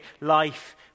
life